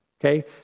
Okay